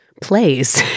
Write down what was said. plays